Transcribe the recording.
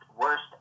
worst